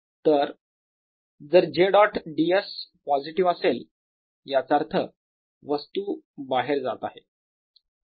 तर जर j dot ds positive असेल तर याचा अर्थ वस्तू बाहेर जात आहेत